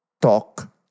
talk